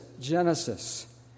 Genesis